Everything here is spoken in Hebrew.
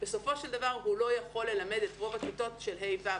בסופו של דבר הוא לא יכול ללמד את רוב הכיתות של ה'-ו'.